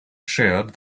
sheared